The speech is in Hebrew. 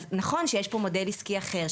זה נכון שיש פה מודל עסקי אחר,